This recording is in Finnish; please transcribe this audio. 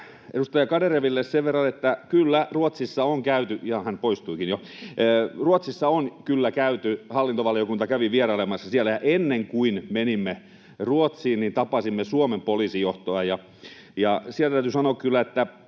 Edustaja Garedewille sen verran, että kyllä Ruotsissa on käyty — jaa, hän poistuikin jo. Ruotsissa on kyllä käyty. Hallintovaliokunta kävi vierailemassa siellä, ja ennen kuin menimme Ruotsiin, tapasimme Suomen poliisijohtoa, ja täytyy sanoa kyllä, että